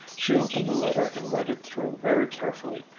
she opened the letter and read it through very carefully.